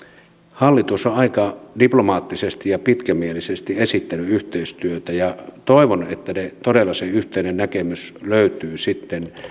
hallitus on aika diplomaattisesti ja pitkämielisesti esittänyt yhteistyötä ja toivon että todella se yhteinen näkemys löytyy sitten